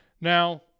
now